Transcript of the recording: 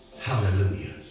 Hallelujah